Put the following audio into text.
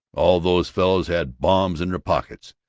all those fellows had bombs in their pockets.